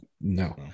no